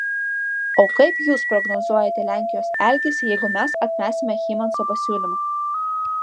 o kaip jūs prognozuojate lenkijos elgesį jeigu mes atmesime hymanso pasiūlymą